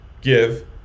Give